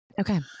Okay